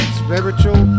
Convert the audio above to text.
spiritual